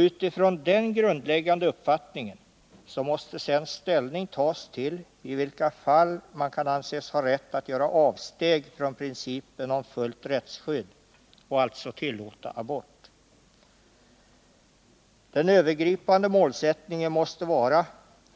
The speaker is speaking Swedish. Utifrån den grundläggande uppfattningen måste sedan ställning tas till frågan i vilka fall man kan anses ha rätt att göra avsteg från principen om fullt rättsskydd och alltså tillåta abort. Den övergripande målsättningen måste vara